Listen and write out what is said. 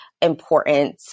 important